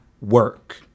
work